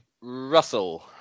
Russell